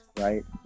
right